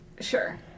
Sure